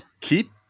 Keep